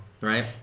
right